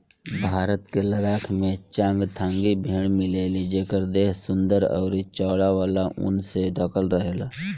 भारत के लद्दाख में चांगथांगी भेड़ मिलेली जेकर देह सुंदर अउरी चौड़ा वाला ऊन से ढकल रहेला